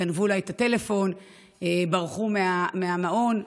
גנבו לה את הטלפון וברחו מהמעון,